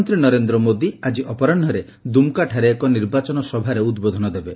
ପ୍ରଧାନମନ୍ତ୍ରୀ ନରେନ୍ଦ୍ର ମୋଦି ଆଜି ଅପରାହ୍ନରେ ଦୁମ୍କାଠାରେ ଏକ ନିର୍ବାଚନ ସଭାରେ ଉଦ୍ବୋଧନ ଦେବେ